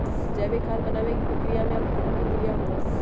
जैविक खाद बनावे के प्रक्रिया में अपघटन के क्रिया होबा हई